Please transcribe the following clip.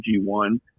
G1